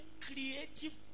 creative